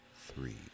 three